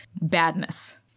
badness